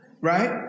Right